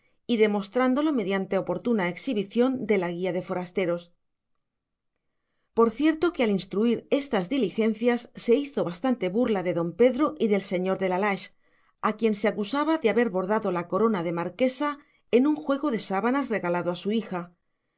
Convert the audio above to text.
y demostrándolo mediante oportuna exhibición de la guía de forasteros por cierto que al instruir estas diligencias se hizo bastante burla de don pedro y del señor de la lage a quien se acusaba de haber bordado la corona de marquesa en un juego de sábanas regalado a su hija